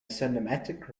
cinematic